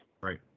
Right